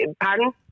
Pardon